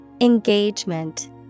Engagement